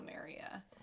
area